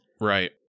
Right